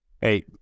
Hey